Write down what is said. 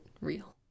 real